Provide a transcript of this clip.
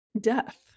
death